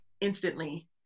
instantly